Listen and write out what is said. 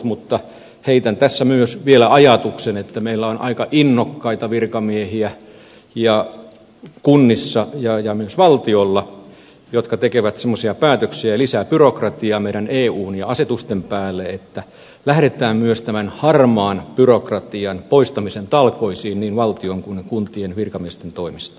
mutta heitän tässä myös vielä ajatuksen että meillä on kunnissa ja myös valtiolla aika innokkaita virkamiehiä jotka tekevät semmoisia päätöksiä ja lisää byrokratiaa meidän eun ja asetusten päälle että lähdetään myös tämän harmaan byrokratian poistamisen talkoisiin niin valtion kuin kuntien virkamiesten toimesta